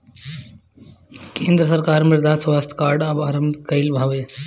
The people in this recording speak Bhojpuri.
केंद्र सरकार मृदा स्वास्थ्य कार्ड आरंभ कईले हवे